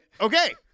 Okay